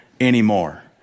anymore